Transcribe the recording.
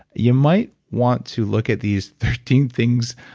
you might want to look at these thirteen things